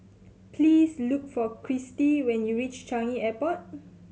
please look for Kirstie when you reach Changi Airport